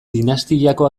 dinastiako